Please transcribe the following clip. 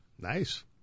Nice